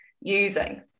using